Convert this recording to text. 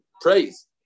praise